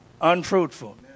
unfruitful